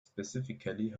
specifically